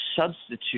substitute